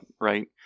right